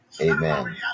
Amen